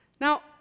Now